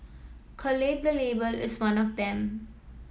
collate the Label is one of them